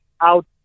out